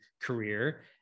career